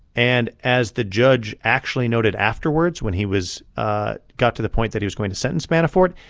and as the judge actually noted afterwards, when he was ah got to the point that he was going to sentence manafort,